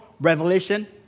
revelation